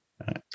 Right